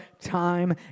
time